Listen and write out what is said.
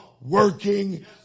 working